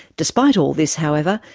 despite all this, however,